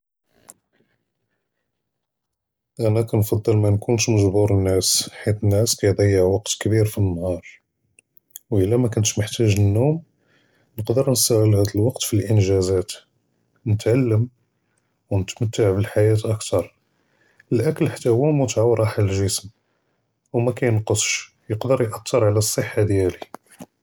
אני כנג’בּל מנכונש מג’בור נענעס ח’ית נענאס קידיאע וווקט קביר פנ’הר ואלה מכתש מחתאג’ נום כןקדר נסתע’ל האד וווקט פנ’ג’אזאת נתעלם ונתםת’ע בעלח’ייא אכתר אכל חת’ גם הו מתעה ורחאה לג’סם ומכיןקסש ח’ית יקד’ר יאת’ר על סחה דיאלי.